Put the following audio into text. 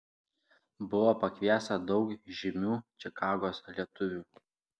buvo pakviesta daug žymių čikagos lietuvių